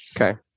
Okay